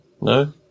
No